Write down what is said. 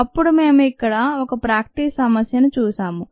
అప్పుడు మేము ఇక్కడ ఈ ప్రాక్టీస్ సమస్య ను చూసాము